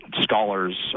scholars